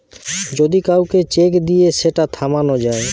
যদি কাউকে চেক দিয়ে সেটা থামানো যায়